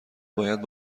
باید